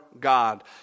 God